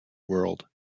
world